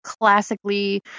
classically